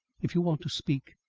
if you want to speak,